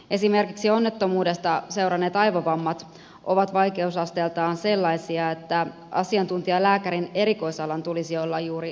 esimerkiksi onnettomuudesta seuranneet aivovammat ovat vaikeusasteeltaan sellaisia että asiantuntijalääkärin erikoisalan tulisi olla juuri neurologia